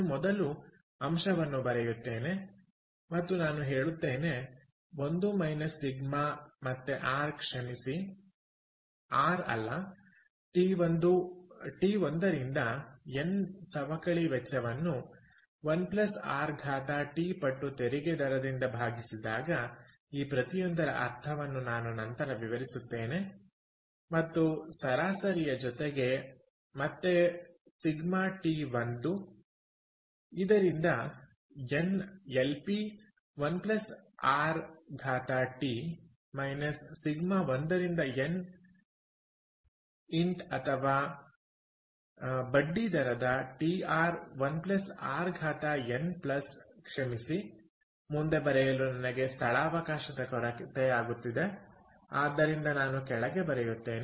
ನಾನು ಮೊದಲು ಅಂಶವನ್ನು ಬರೆಯುತ್ತೇನೆ ಮತ್ತು ನಾನು ಹೇಳುತ್ತೇನೆ I Ʃ ಮತ್ತೆ ಆರ್ ಕ್ಷಮಿಸಿ ಆರ್ ಅಲ್ಲ ಟಿ 1 ರಿಂದ ಎನ್ ಸವಕಳಿ ವೆಚ್ಚವನ್ನು 1 rt ಪಟ್ಟು ತೆರಿಗೆ ದರದಿಂದ ಭಾಗಿಸಿದಾಗಈ ಪ್ರತಿಯೊಂದರ ಅರ್ಥವನ್ನು ನಾನು ನಂತರ ವಿವರಿಸುತ್ತೇನೆ ಮತ್ತು ಸರಾಸರಿಯ ಜೊತೆಗೆ ಮತ್ತೆ Ʃ ಟಿ 1 ರಿಂದ ಎನ್ LP 1 r t Ʃ 1 ರಿಂದ n ಇಂಟ್ ಅಥವಾ ಬಡ್ಡಿ ದರದ TR 1 rn ಪ್ಲಸ್ ಕ್ಷಮಿಸಿ ಮುಂದೆ ಬರೆಯಲು ನನಗೆ ಸ್ಥಳಾವಕಾಶದ ಕೊರತೆ ಆಗುತ್ತಿದೆಆದ್ದರಿಂದ ನಾನು ಕೆಳಗೆ ಬರೆಯುತ್ತೇನೆ